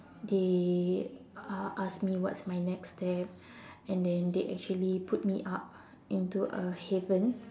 they uh ask me what's my next step and then they actually put me up into a haven